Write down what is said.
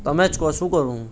તમે જ કહો શું કરું હું